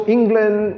England